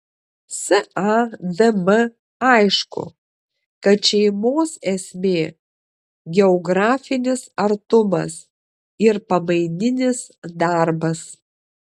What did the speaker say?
sadm aišku kad šeimos esmė geografinis artumas ir pamaininis darbas